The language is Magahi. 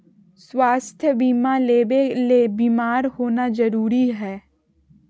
स्वास्थ्य बीमा लेबे ले बीमार होना जरूरी हय?